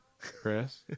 Chris